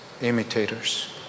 imitators